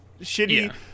shitty